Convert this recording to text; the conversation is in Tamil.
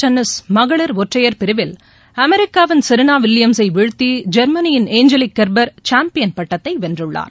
டென்னிஸ் மகளிர் ஒற்றையர் பிரிவில் அமெரிக்காவின் செரீனாவில்லியம்ஸை விம்பிள்டன் வீழ்த்திஜெர்மனியின் ஏஞ்சலிக் கெர்பர் சாம்பியன் பட்டத்தைவென்றுள்ளார்